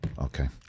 Okay